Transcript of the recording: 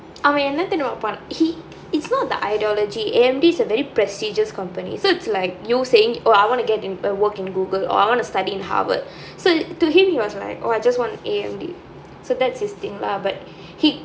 அவன் என்ன தெரியுமா:avan enna theriyumaa he is not the ideology A_M_D is a very prestigous company so it's like you saying oh I want to get in uh work in Google or I want to study in Harvard so to him he was like oh I just want a A_M_D so that's his thing lah but he